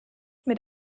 mit